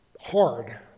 hard